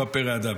הוא הפרא אדם.